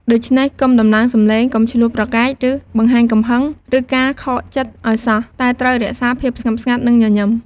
ដូច្នេះ កុំដំឡើងសំឡេង កុំឈ្លោះប្រកែក ឬបង្ហាញកំហឹង ឬការខកចិត្តឱ្យសោះ តែត្រូវរក្សាភាពស្ងប់ស្ងាត់ និងញញឹម។